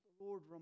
Lord